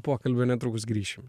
pokalbio netrukus grįšim